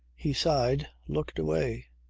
he sighed, looked away,